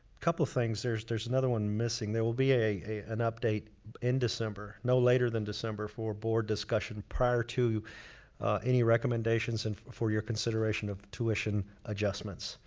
couple things. there's there's another one missing. there will be an update in december. no later than december. for board discussion prior to any recommendations and for your consideration of tuition adjustments.